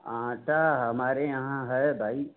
आटा हमारे यहाँ है भाई